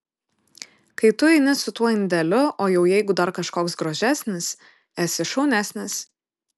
kai tu eini su tuo indeliu o jau jeigu dar kažkoks gražesnis esi šaunesnis